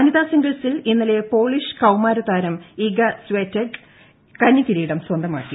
വനിതാ സിംഗിൾസിൽ ഇന്നലെ പോളിഷ് കൌമാര താരം ഈഗ സ്വിയാറ്റെക് കന്നി കിരീടം സ്വന്തമാക്കി